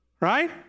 right